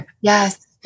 Yes